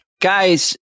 Guys